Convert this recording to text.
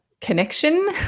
connection